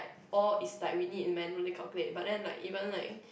all is like we need in manually calculate but then like even like